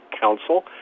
Council